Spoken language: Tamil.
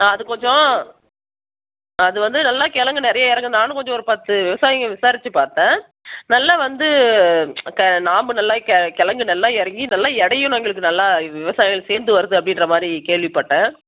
ஆ அது கொஞ்சம் அது வந்து நல்லா கெழங்கு நிறையா இறங்கும் நானும் கொஞ்சம் ஒரு பத்து விவசாயிங்க விசாரித்து பார்த்தேன் நல்லா வந்து அந்த நாம்பு நல்லா கெழங்கு நல்லா இறங்கி நல்லா எடையும் எங்களுக்கு நல்லா விவசாயம் சேர்ந்து வருது அப்படின்ற மாதிரி கேள்விப்பட்டேன்